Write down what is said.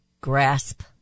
grasp